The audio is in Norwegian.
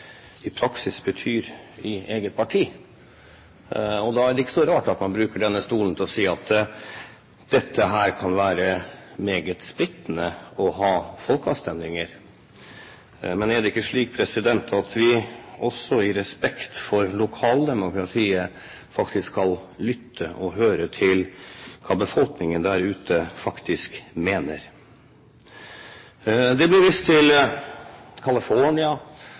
i praksis betyr i eget parti. Da er det ikke så rart at man bruker denne stolen til å si at det kan være meget «splittende» å ha folkeavstemninger. Men er det ikke slik at vi også i respekt for lokaldemokratiet faktisk skal lytte til og høre hva befolkningen der ute faktisk mener? Det ble vist til